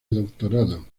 doctorado